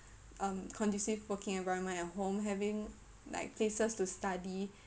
um conducive working environment at home having like places to study